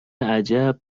عجب